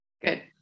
Good